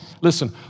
Listen